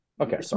Okay